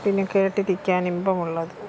പിന്നെ കേട്ടിരിക്കാൻ ഇമ്പമുള്ളത്